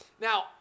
Now